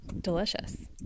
delicious